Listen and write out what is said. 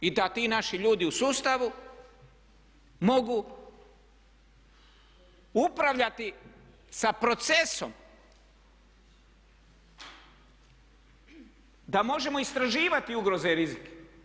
I da ti naši ljudi u sustavu mogu upravljati sa procesom, da možemo istraživati ugroze i rizike.